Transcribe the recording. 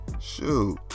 Shoot